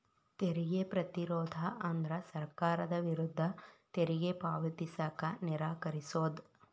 ತೆರಿಗೆ ಪ್ರತಿರೋಧ ಅಂದ್ರ ಸರ್ಕಾರದ ವಿರುದ್ಧ ತೆರಿಗೆ ಪಾವತಿಸಕ ನಿರಾಕರಿಸೊದ್